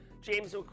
James